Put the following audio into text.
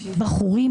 בחורים,